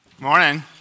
Morning